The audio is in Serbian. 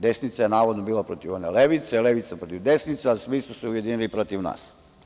Desnica je navodno bila protiv one levice, levica protiv desnice, a svi su se ujedinili protiv nas.